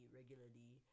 regularly